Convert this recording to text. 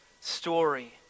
story